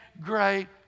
great